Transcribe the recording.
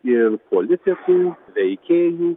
ir politikų veikėjų